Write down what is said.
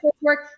Work